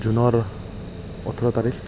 জুনৰ ওঠৰ তাৰিখ